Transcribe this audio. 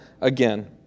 again